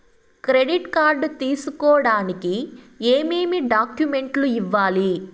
credit card తీసుకోడానికి ఏమేమి డాక్యుమెంట్లు ఇవ్వాలి